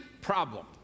problem